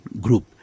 group